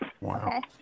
Wow